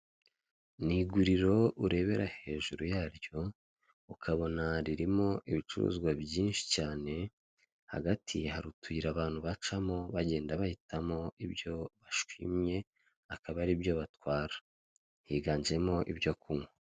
Ni iguriro urebera hejuru yaryo, ukabona ririmo ibicuruzwa byinshi cyane, hagati hari utuyira abantu bacamo, bagenda bahitamo ibyo bashimye akaba aribyo batwara. Higanjemo ibyo kunywa.